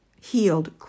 healed